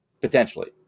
Potentially